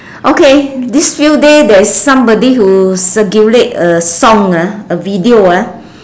okay this few days there is somebody who circulate a song ah the video ah